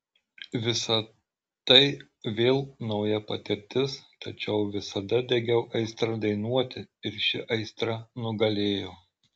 visa tai vėl nauja patirtis tačiau visada degiau aistra dainuoti ir ši aistra nugalėjo